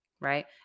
Right